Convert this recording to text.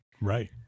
Right